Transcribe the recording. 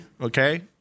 Okay